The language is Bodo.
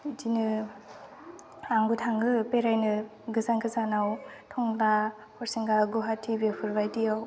बिदिनो आंबो थाङो बेरायनो गोजान गोजानाव टंला हरिसिंगा गुवाहाटि बेफोरबायदियाव